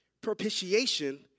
propitiation